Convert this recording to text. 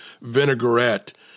vinaigrette